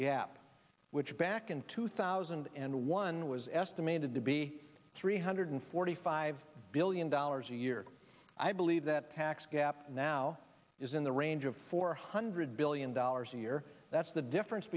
gap which back in two thousand and one was estimated to be three hundred forty five billion dollars a year i believe that tax gap now is in the range of four hundred billion dollars a year that's the difference